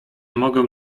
mogę